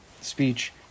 speech